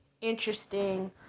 interesting